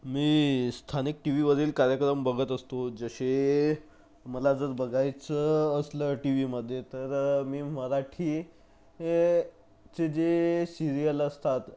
मी स्थानिक टीवीवरील कार्यक्रम बघत असतो जसे मला जर बघायचं असलं टीवीमध्ये तर मी मराठी चेजे सिरीयल असतात